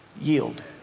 yield